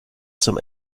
zum